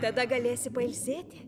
tada galėsi pailsėti